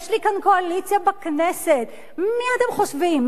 יש לי כאן קואליציה בכנסת, מה אתם חושבים?